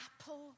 apple